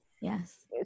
Yes